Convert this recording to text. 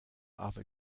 other